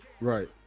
Right